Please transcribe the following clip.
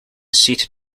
seated